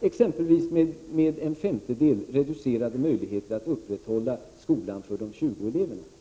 t.ex. med en femtedel reducerade möjligheter att upprätthålla skolan för de tjugo elever som återstår om fem föräldrar flyttar sina statsbidrag till en annan skola.